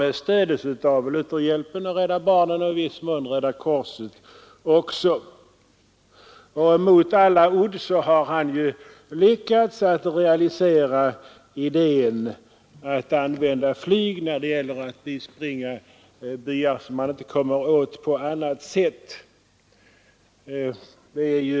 Det stöddes av Lutherhjälpen och Rädda barnen och i viss mån också av Röda korset. Mot alla odds har von Rosen lyckats realisera idén att använda flyg för att bispringa hungerbyar som man inte kan komma åt på annat sätt.